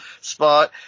spot